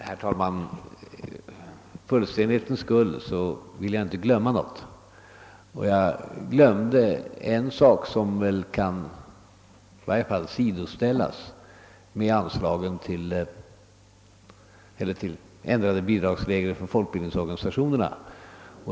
Herr talman! För säkerhets skull vill jag inte glömma något. Jag glömde emellertid en sak som i varje fall kan sidoställas med ändrade bidragsregler för folkbildningsorganisationerna.